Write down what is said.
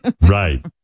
Right